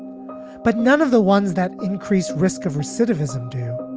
but none of the ones that increased risk of recidivism do,